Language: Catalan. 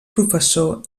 professor